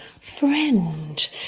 friend